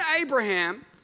Abraham